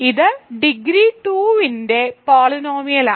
ഇത് ഡിഗ്രി 2 ന്റെ പോളിനോമിയലാണ്